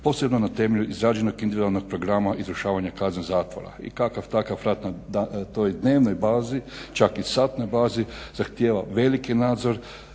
posebno na temelju izrađenog individualnog programa izvršavanja kazne zatvora. I kakav takav rad na toj dnevnoj bazi čak i satnoj bazi zahtijeva veliki nadzor